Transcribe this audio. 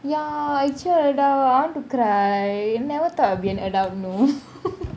ya I sure doubt I want to cry I never thought I'll be an adult you know